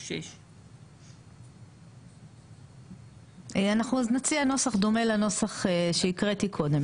6. אז אנחנו נציע דומה לנוסח שהקראתי קודם,